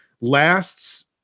lasts